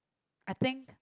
I think